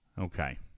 Okay